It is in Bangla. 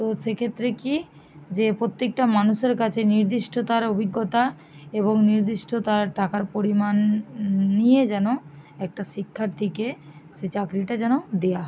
তো সেক্ষেত্রে কী যে প্রত্যেকটা মানুষের কাছে নির্দিষ্ট তার অভিজ্ঞতা এবং নির্দিষ্ট তার টাকার পরিমাণ নিয়ে যেন একটা শিক্ষার্থীকে সে চাকরিটা যেন দেয়া হয়